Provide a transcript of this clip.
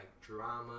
drama